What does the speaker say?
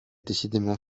décidément